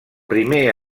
primer